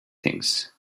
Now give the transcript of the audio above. things